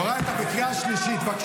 יוראי, אתה מפריע להצבעה.